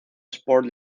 sport